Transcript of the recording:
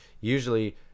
Usually